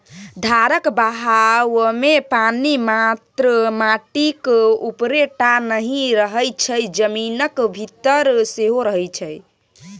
धारक बहावमे पानि मात्र माटिक उपरे टा नहि रहय छै जमीनक भीतर सेहो रहय छै